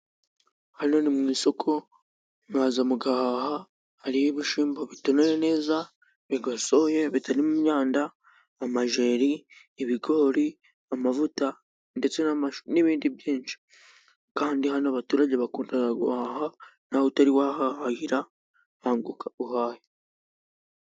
Hano ni mu isoko mwaza mugahaha hariyo ibishimba bitunoye neza ,bigosoye bitarimo imyanda: amajeri ,ibigori ,amavuta ndetse n'amashu n'ibindi byinshi kandi hano abaturage bakunda guhaha ,nawe utari wahahahira banguka uhahe.